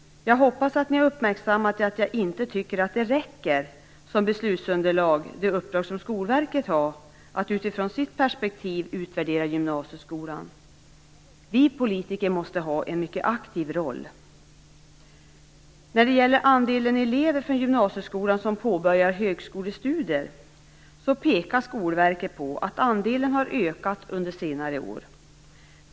Jag hoppas att ni har uppmärksammat att jag inte tycker att det uppdrag som Skolverket har, att utifrån sitt perspektiv utvärdera gymnasieskolan, räcker som beslutsunderlag. Vi politiker måste ha en mycket aktiv roll. Skolverket pekar på att andelen elever från gymnasieskolan som påbörjar högskolestudier har ökat under senare år.